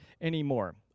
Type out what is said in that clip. anymore